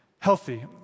healthy